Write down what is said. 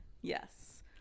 yes